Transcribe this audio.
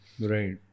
right